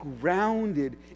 grounded